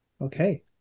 Okay